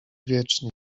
wiecznie